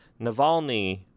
Navalny